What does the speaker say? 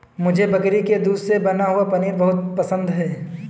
मुझे बकरी के दूध से बना हुआ पनीर बहुत पसंद है